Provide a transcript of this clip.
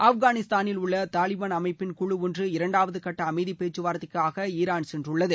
ஆப்கானிஸ்தானில் உள்ள தாலிபாள் அமைப்பிள் குழு ஒன்று இரண்டாவது கட்ட அமைதிப்பேச்சுவார்த்தைக்காக ஈரான் சென்றுள்ளது